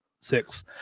six